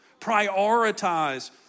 Prioritize